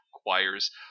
requires